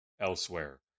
elsewhere